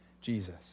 Jesus